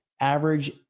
average